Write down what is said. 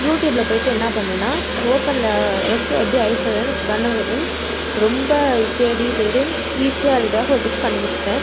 யூடியூபில் போயிட்டு என்ன பண்ணேன்னால் ஓபனில் வச்சு எப்படி ஐஸ் வரைகிறதுன்னு கண் வரைகிறதுன்னு ரொம்ப தேடி தேடி ஈஸியாக வரைகிறதுக்காக ஒரு டிப்ஸ் கண்டுபிடிச்சிட்டேன்